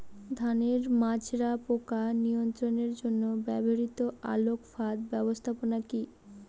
ধানের মাজরা পোকা নিয়ন্ত্রণের জন্য ব্যবহৃত আলোক ফাঁদ ব্যবস্থাপনা কি?